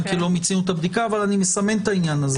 כי לא מיצינו את הבדיקה אבל אני מסמן את העניין.